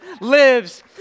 lives